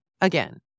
again